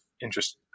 interest